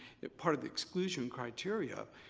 part of the exclusion criteria.